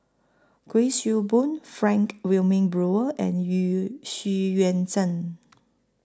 Kuik Swee Boon Frank Wilmin Brewer and Xu Yuan Zhen